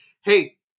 Hey